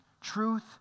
Truth